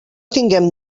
tinguem